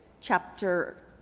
chapter